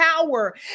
power